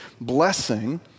blessing